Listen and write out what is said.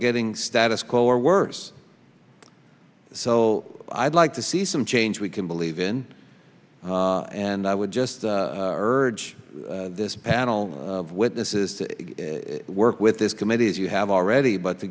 getting status quo or worse so i'd like to see some change we can believe in and i would just urge this panel of witnesses to work with this committee if you have ready but to